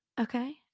okay